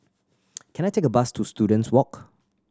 can I take a bus to Students Walk